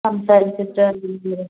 സംസാരിച്ചിട്ട് ലീവ് തരാം